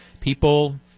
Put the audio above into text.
people –